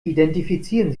identifizieren